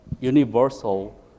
universal